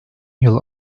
yıl